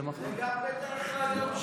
זה בדרך כלל ביום שני.